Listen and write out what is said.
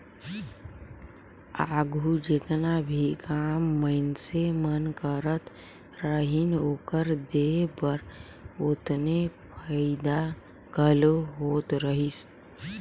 आघु जेतना भी काम मइनसे मन करत रहिन, ओकर देह बर ओतने फएदा घलो होत रहिस